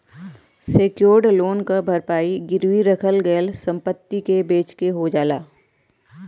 secured loan क भरपाई गिरवी रखल गयल संपत्ति के बेचके हो जाला